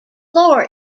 floor